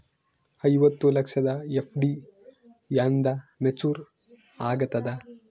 ಐವತ್ತು ಲಕ್ಷದ ಎಫ್.ಡಿ ಎಂದ ಮೇಚುರ್ ಆಗತದ?